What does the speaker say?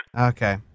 Okay